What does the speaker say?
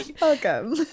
welcome